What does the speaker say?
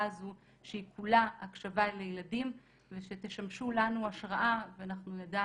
הזו שהיא כולה הקשבה לילדים ושתשמשו לנו השראה ושאנחנו נדע